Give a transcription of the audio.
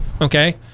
okay